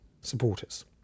supporters